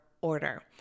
order